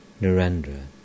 Narendra